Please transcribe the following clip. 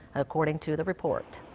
according to the report.